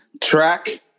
Track